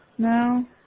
No